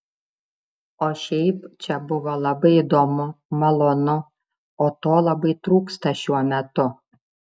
o šiaip čia buvo labai įdomu malonu o to labai trūksta šiuo metu